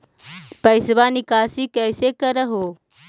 पैसवा निकासी कैसे कर हो?